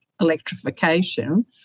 electrification